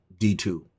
D2